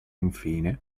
infine